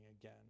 again